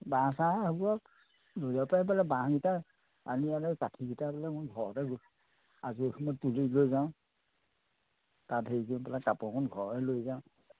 বাঁহ ছাহ সেইবোৰ আৰু লৈ যাব পাৰি বোলে বাঁহকেইটা আনি কাঠিকেইটা বোলো মই ঘৰতে আজৰি সময়ত তুলি লৈ যাওঁ তাত হেৰি কৰি পেলাই কাপোৰ অকণ ঘৰৰে লৈ যাওঁ